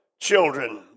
children